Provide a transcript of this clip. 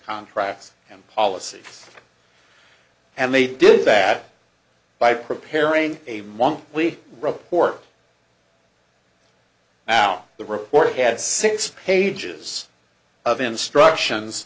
contracts and policies and they did that by preparing a monthly report now the report had six pages of instructions